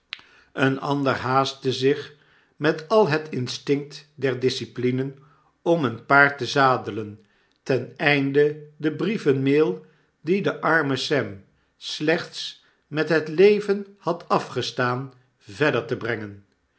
een ander haastte zich met al het instinct der discipline om een paard te zadelen ten einde de brievenmaal die de arme sem slechts met het leven had afgestaan verder te brengen